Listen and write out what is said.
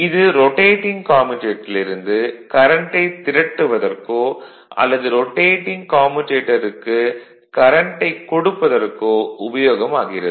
இது ரொடேடிங் கம்யூடேடரில் இருந்து கரண்ட்டை திரட்டுவதற்கோ அல்லது ரொடேடிங் கம்யூடேடருக்கு கரண்ட்டை கொடுப்பதற்கோ உபயோகம் ஆகிறது